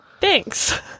Thanks